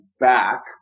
back